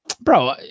Bro